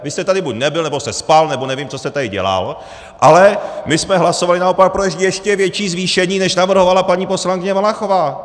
Vy jste tady buď nebyl, nebo jste spal, nebo nevím, co jste tady dělal, ale my jsme hlasovali naopak pro ještě větší zvýšení, než navrhovala paní poslankyně Valachová!